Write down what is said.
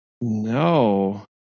no